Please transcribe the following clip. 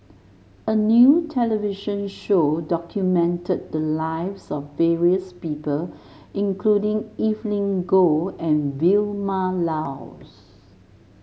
a new television show documented the lives of various people including Evelyn Goh and Vilma Laus